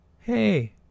Hey